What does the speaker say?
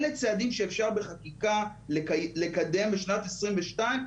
אלה צעדים שאפשר לקדם בחקיקה בשנת 2022,